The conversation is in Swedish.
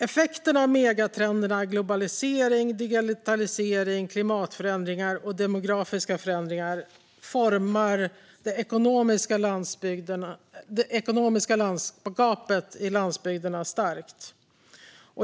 Effekterna av megatrenderna globalisering, digitalisering, klimatförändringar och demografiska förändringar formar det ekonomiska landskapet i landsbygderna starkt.